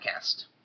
Podcast